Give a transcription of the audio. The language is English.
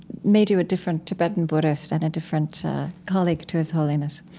made you a different tibetan buddhist and a different colleague to his holiness?